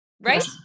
Right